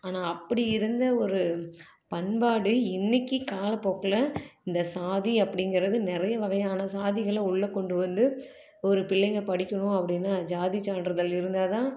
ஆனால் அப்படி இருந்த ஒரு பண்பாடு இன்றைக்கி காலப்போக்கில் இந்த சாதி அப்படிங்கிறது நிறைய வகையான சாதிகளை உள்ள கொண்டு வந்து ஒரு பிள்ளைங்க படிக்கணும் அப்படின்னா ஜாதி சான்றிதழ் இருந்தால் தான்